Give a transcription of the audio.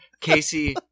Casey